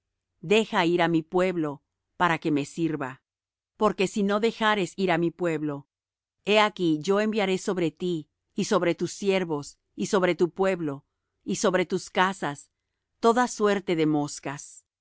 deja ir á mi pueblo para que me sirva porque si no dejares ir á mi pueblo he aquí yo enviaré sobre ti y sobre tus siervos y sobre tu pueblo y sobre tus casas toda suerte de moscas